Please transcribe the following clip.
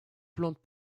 plantes